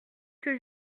que